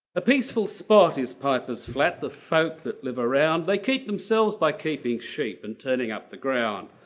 a peaceful spot is piper's flat. the folk that live around they keep themselves by keeping sheep and turning up the ground.